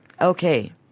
Okay